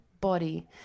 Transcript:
body